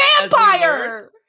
vampire